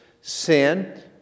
sin